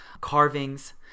carvings